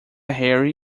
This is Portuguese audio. harry